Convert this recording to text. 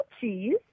cheese